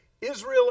Israel